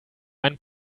einen